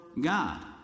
god